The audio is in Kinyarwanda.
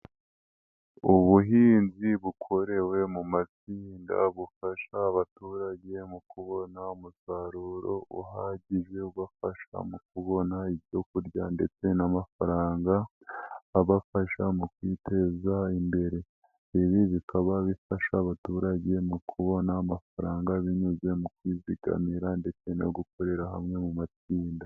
Ubuhinzi bukorewe mu matsinda bufasha abaturage mu kubona umusaruro uhagije, ubafasha mu kubona ibyo kurya ndetse n'amafaranga abafasha mu kwiteza imbere, ibi bikaba bifasha abaturage mu kubona amafaranga binyuze mu kwizigamira ndetse no gukorera hamwe mu matsinda.